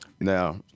now